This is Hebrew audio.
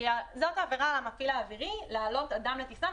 זאת העבירה על המפעיל האווירי להעלות אדם לטיסה,